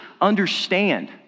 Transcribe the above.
understand